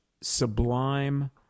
sublime